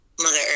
Mother